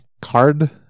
card